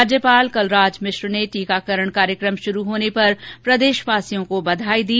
राज्यपाल कलराज मिश्र ने टीकाकरण कार्यक्रम शुरु होने पर प्रदेशवासियों को बधाई दी